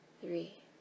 three